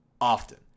often